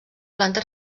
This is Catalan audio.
planta